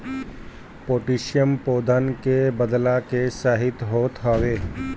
potassium पौधन के बढ़ला में सहायक होत हवे